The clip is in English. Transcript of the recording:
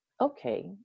Okay